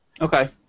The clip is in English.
Okay